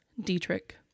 Dietrich